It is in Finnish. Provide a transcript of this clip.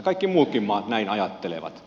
kaikki muutkin maat näin ajattelevat